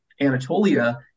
Anatolia